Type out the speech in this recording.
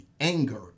anger